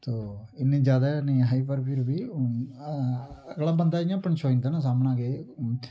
तो इन्नी जैदा नेईं आई पर फिर बी अगला बंदा इ'यां पंछोई जंदा सामना के